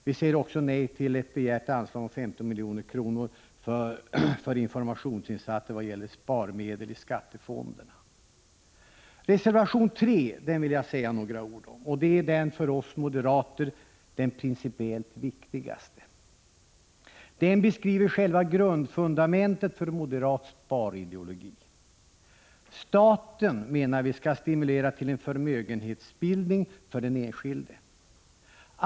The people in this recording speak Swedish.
Vi säger också nej till ett begärt anslag om 15 milj.kr. för informationsinsatser om sparmedel i skattefonderna. Om reservation 3 vill jag säga några ord. Det är den för oss moderater principiellt viktigaste reservationen. Den beskriver själva fundamentet för moderat sparideologi. Staten, menar vi, skall stimulera till en förmögenhetsbildning för den enskilde.